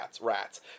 rats